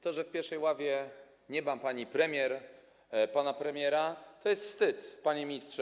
To, że w pierwszej ławie nie ma pani premier, pana premiera, to jest wstyd, panie ministrze.